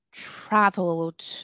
Traveled